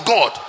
God